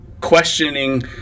questioning